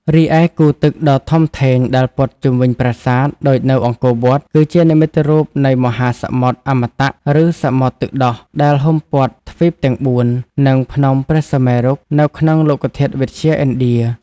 រីឯ គូរទឹកដ៏ធំធេងដែលព័ទ្ធជុំវិញប្រាសាទ ដូចនៅអង្គរវត្ត គឺជានិមិត្តរូបនៃមហាសមុទ្រអមតៈ ឬសមុទ្រទឹកដោះ ដែលហ៊ុមព័ទ្ធទ្វីបទាំងបួន និងភ្នំព្រះសុមេរុនៅក្នុងលោកធាតុវិទ្យាឥណ្ឌា។